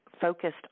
focused